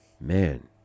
man